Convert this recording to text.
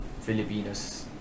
Filipinos